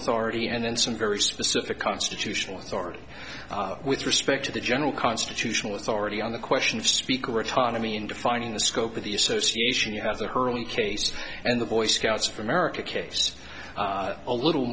authority and in some very specific constitutional authority with respect to the general constitutional authority on the question of speaker autonomy in defining the scope of the association you have the early cases and the boy scouts of america case a little